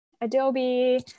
Adobe